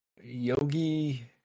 Yogi